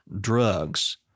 drugs